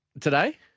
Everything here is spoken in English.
today